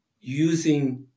using